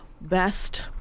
Best